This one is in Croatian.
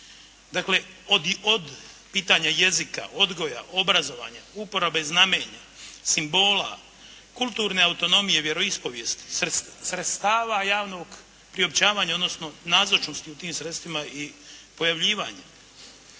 Dakle od pitanja jezika, odgoja, obrazovanja, uporabe znamenja, simbola, kulturne autonomije, vjeroispovijesti, sredstava javnog priopćavanja, odnosno nazočnosti u tim sredstvima i pojavljivanje.